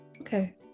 Okay